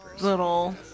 little